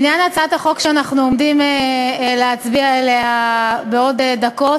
בעניין הצעת החוק שאנחנו עומדים להצביע עליה בעוד דקות,